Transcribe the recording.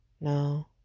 no